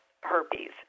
herpes